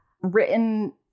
written